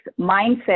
mindset